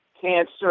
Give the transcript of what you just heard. Cancer